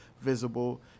visible